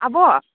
आब'